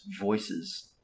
voices